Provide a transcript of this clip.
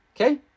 Okay